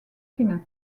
fines